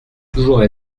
toujours